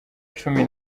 cumi